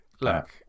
look